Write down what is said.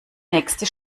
nächste